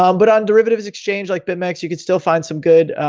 um but on derivatives exchange like bitmex, you could still find some good,